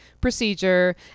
procedure